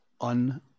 un